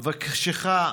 אבקשך,